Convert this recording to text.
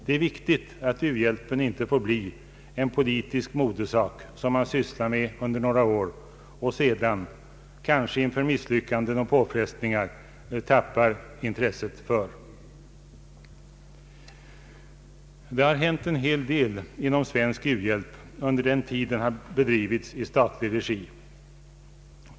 Det är viktigt att u-hjälpen inte får bli en politisk modesak som man sysslar med under några år och sedan — kanske inför misslyckanden och påfrestningar — tappar intresset för. Det har hänt en hel del inom svensk u-hjälp under den tid den har bedrivits i statlig regi.